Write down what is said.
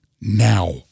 now